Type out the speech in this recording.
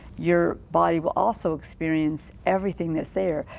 your body will also experience everything that's there.